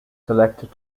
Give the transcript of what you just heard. selected